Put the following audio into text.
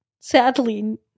sadly